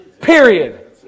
Period